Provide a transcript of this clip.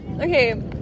okay